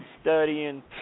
studying